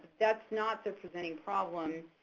that's not their presenting problem.